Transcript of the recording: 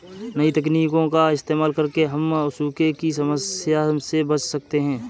नई तकनीकों का इस्तेमाल करके हम सूखे की समस्या से बच सकते है